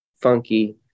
funky